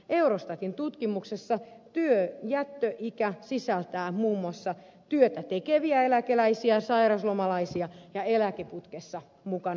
eurostatin tutkimuksessa työjättöikä sisältää muun muassa työtä tekeviä eläkeläisiä sairauslomalaisia ja eläkeputkessa mukana olevia